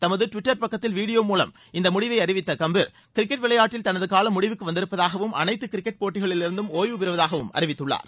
தமது டிவிட்டர் பக்கத்தில் வீடியோ படம் மூலம் இந்த மூடிவை அறிவித்த கம்பீர் கிரிக்கெட் விளையாட்டில் தனது காலம் முடிவுக்கு வந்திருப்பதாகவும் அனைத்து கிரிக்கெட் போட்டிகளிலிருந்தும் ஓய்வு பெறுவதாகவும் அறிவித்துள்ளார்